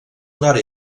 nord